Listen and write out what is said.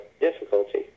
difficulty